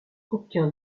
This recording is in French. aucun